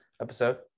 episode